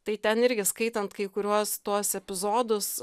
tai ten irgi skaitant kai kuriuos tuos epizodus